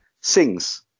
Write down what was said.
sings